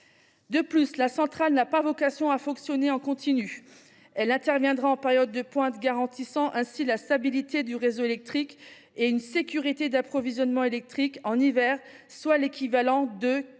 De surcroît, la centrale n’a pas vocation à fonctionner en continu. Elle interviendra en période de pointe, garantissant ainsi la stabilité du réseau électrique et une sécurité d’approvisionnement électrique en hiver, soit l’équivalent de